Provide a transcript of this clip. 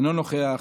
אינו נוכח,